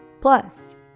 Plus